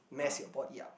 mass your board yea